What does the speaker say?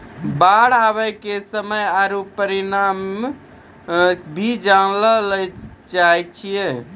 बाढ़ आवे के समय आरु परिमाण भी जाने लेली चाहेय छैय?